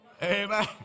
Amen